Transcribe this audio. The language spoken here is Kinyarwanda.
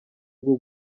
bwo